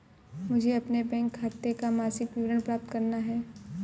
मुझे अपने बैंक खाते का मासिक विवरण प्राप्त करना है?